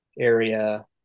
area